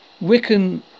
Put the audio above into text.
Wiccan